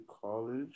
college